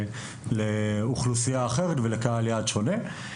וכל תכנית מותאמת לאוכלוסייה אחרת ולקהל יעד שונה.